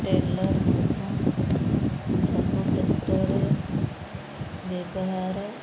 tailor ମଧ୍ୟ ସବୁ କ୍ଷେତ୍ରରେ ବ୍ୟବହାର